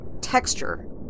texture